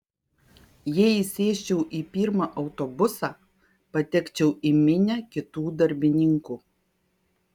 jei įsėsčiau į pirmą autobusą patekčiau į minią kitų darbininkų